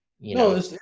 No